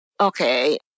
Okay